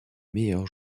meilleurs